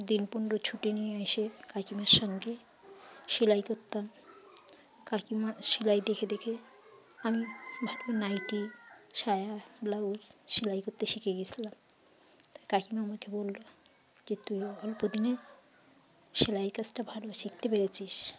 দিন পনেরো ছুটি নিয়ে এসে কাকিমার সঙ্গে সেলাই করতাম কাকিমার সেলাই দেখে দেখে আমি ভালো নাইটি সায়া ব্লাউজ সেলাই করতে শিখে গিয়েছিলাম তাই কাকিমা আমাকে বললো যে তুই অল্প দিনে সেলাই কাজটা ভালো শিখতে পেরেছিস